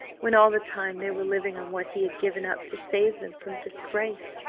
when all the time they were living on what he had given up to save them from disgrace.